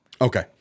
Okay